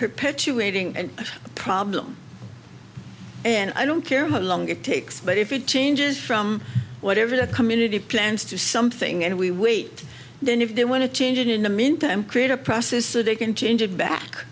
perpetuating a problem and i don't care how long it takes but if it changes from whatever the community plans to something and we wait then if they want to change it in the meantime create a process so they can change it back